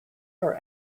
are